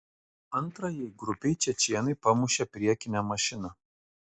antrajai grupei čečėnai pamušė priekinę mašiną